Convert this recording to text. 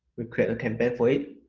we create a campaign for